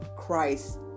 Christ